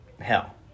hell